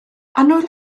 annwyl